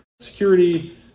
security